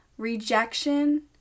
Rejection